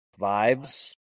Vibes